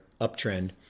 uptrend